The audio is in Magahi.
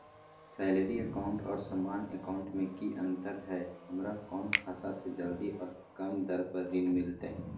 सैलरी अकाउंट और सामान्य अकाउंट मे की अंतर है हमरा कौन खाता से जल्दी और कम दर पर ऋण मिलतय?